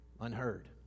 unheard